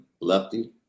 Lefty